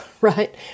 right